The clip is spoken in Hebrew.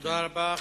תודה רבה.